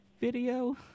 video